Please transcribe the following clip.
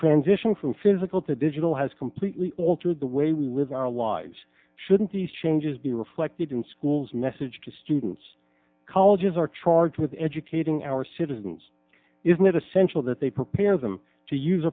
transition from physical to digital has completely altered the way we live our lives shouldn't these changes be reflected in schools message to students colleges are charged with educating our citizens isn't it essential that they prepare them to use